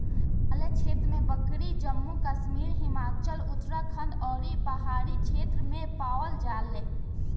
हिमालय क्षेत्र में बकरी जम्मू कश्मीर, हिमाचल, उत्तराखंड अउरी पहाड़ी क्षेत्र में पावल जाले